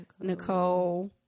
Nicole